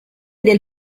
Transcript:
del